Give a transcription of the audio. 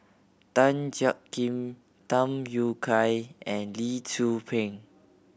Tan Jiak Kim Tham Yui Kai and Lee Tzu Pheng